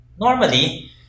Normally